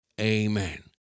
Amen